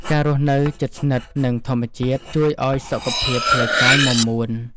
ការរស់នៅជិតស្និទ្ធនឹងធម្មជាតិជួយឱ្យសុខភាពផ្លូវកាយមាំមួន។